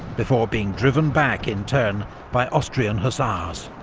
before being driven back in turn by austrian hussars.